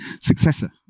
successor